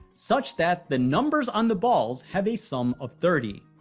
such that the numbers on the balls have a sum of thirty.